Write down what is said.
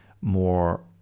more